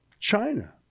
China